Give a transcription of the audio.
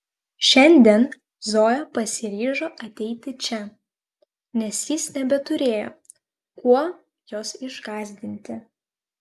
šiandien zoja pasiryžo ateiti čia nes jis nebeturėjo kuo jos išgąsdinti